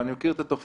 אני מכיר את התופעה.